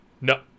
No